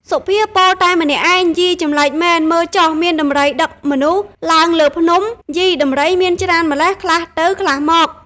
សុភាពោលតែម្នាក់ឯង យី ចម្លែកមែន មើលចុះ មានដំរីដឹកមនុស្សឡើងលើភ្នំ យី ដំរីមានច្រើនម៉្លេះ ខ្លះទៅខ្លះមក។